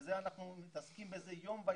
ואנחנו מתעסקים בזה יום יום,